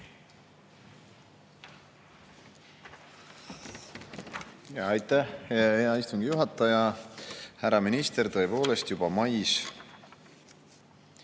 Aitäh, hea istungi juhataja! Härra minister! Tõepoolest, juba mais